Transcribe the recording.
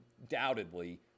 undoubtedly